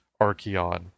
Archeon